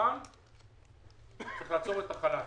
אבל צריך לעצור את החל"ת.